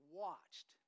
watched